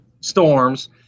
storms